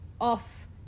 off